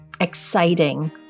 exciting